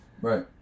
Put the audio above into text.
Right